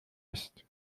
ist